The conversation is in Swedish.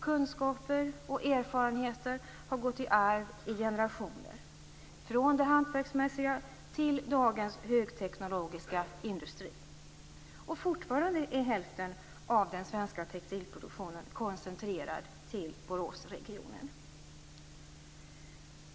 Kunskaper och erfarenheter har gått i arv i generationer från det hantverksmässiga till dagens högteknologiska industri. Fortfarande är hälften av den svenska textilproduktionen koncentrerad till Boråsregionen.